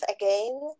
again